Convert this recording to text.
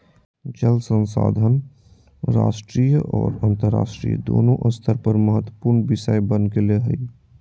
जल संसाधन राष्ट्रीय और अन्तरराष्ट्रीय दोनों स्तर पर महत्वपूर्ण विषय बन गेले हइ